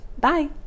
Bye